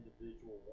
individual